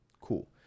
Cool